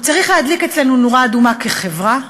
הוא צריך להדליק אצלנו נורה אדומה כחברה,